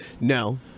no